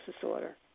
disorder